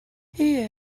yeah